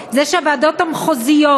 זה שהוועדות המחוזיות,